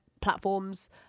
platforms